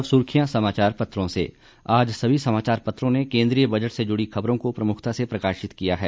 अब सुर्खियां समाचार पत्रों से आज सभी समाचार पत्रों ने केन्द्रीय बजट से जुड़ी खबरों को प्रमुखता से प्रकाशित किया है